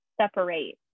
separate